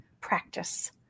practice